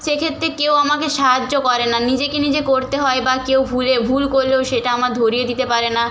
সেক্ষেত্রে কেউ আমাকে সাহায্য করে না নিজেকে নিজে করতে হয় বা কেউ ভুলে ভুল করলেও সেটা আমার ধরিয়ে দিতে পারে না